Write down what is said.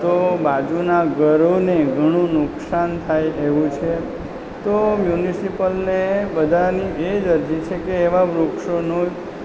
તો બાજુના ઘરોને ઘણું નુકસાન થાય એવું છે તો મ્યુનસીપલને બધાની એજ અરજી છેકે એવા વૃક્ષોનો જ